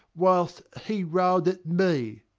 whilst he rail'd at me!